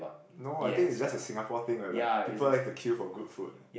no I think it's just a Singapore thing whereby people like to queue for good food